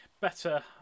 better